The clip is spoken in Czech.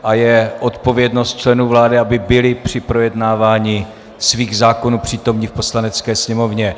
A je odpovědnost členů vlády, aby byli při projednávání svých zákonů přítomni v Poslanecké sněmovně.